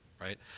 right